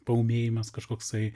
paūmėjimas kažkoksai